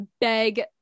beg